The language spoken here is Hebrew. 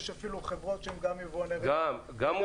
יש אפילו חברות שהן גם יבואני רכב --- גם מוסכים,